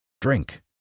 Drink